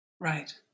Right